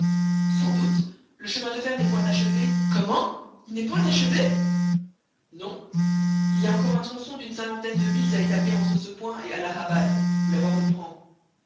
sans doute le chemin de fer n'est point achevé comment il n'est point achevé non il y a encore un tronçon d'une cinquantaine de milles à établir entre ce point et allahabad où la voie reprend